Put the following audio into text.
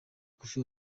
koffi